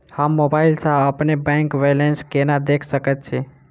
हम मोबाइल सा अपने बैंक बैलेंस केना देख सकैत छी?